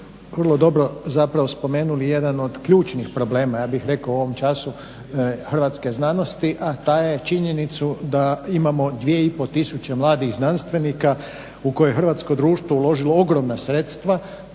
hrvatsko društvo uložilo ogromna sredstva